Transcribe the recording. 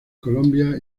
colombia